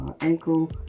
ankle